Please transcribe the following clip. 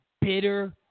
bitter